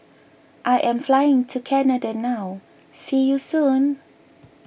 I am flying to Canada now see you soon